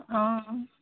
অঁ